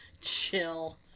chill